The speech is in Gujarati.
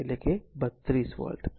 તેથી 32 વોટ